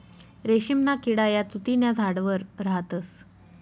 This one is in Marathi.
रेशीमना किडा या तुति न्या झाडवर राहतस